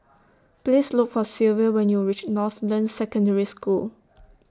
Please Look For Silvia when YOU REACH Northland Secondary School